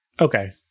Okay